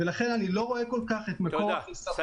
לכן אני לא רואה כל כך את מקור החיסכון,